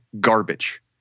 garbage